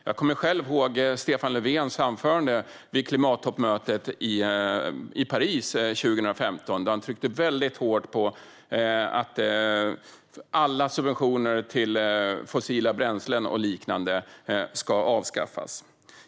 Jag kommer själv ihåg Stefan Löfvens anförande vid klimattoppmötet i Paris 2015, där han tryckte väldigt hårt på att alla subventioner till fossila bränslen och liknande ska avskaffas.